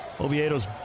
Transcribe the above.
Oviedo's